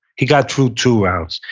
he got through two rounds,